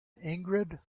ingrid